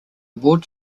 ward